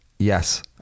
Yes